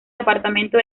apartamento